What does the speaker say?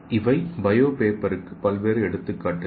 இவை பயோ பேப்பருக்கு பல்வேறு எடுத்துக்காட்டுகள்